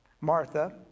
Martha